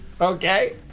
Okay